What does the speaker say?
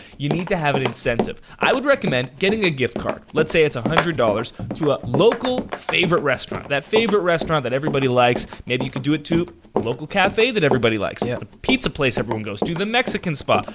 you need to have an incentive. i would recommend getting a gift card. let's say it's one hundred dollars to a local favorite restaraunt, that favorite restaraunt that everybody likes. maybe you could do it to a local cafe that everybody likes, yeah the pizza place everyone goes to, the mexican spot,